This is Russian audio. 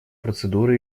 процедуры